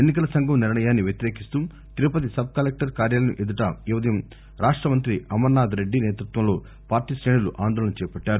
ఎన్నికల సంఘం నిర్ణయాన్ని వ్యతిరేకిస్తూ తిరుపతి సబ్కలెక్టర్ కార్యాలయం ఎదుట ఈ ఉదయం రాష్ట మంతి అమర్నాథ్రెడ్డి నేతృత్వం లో పార్టీ శేణులు ఆందోళన చేపట్టారు